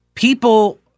People